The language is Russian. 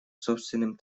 собственным